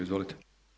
Izvolite.